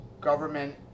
government